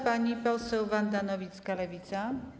Pani poseł Wanda Nowicka, Lewica.